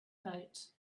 coat